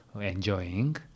enjoying